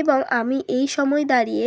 এবং আমি এই সময় দাঁড়িয়ে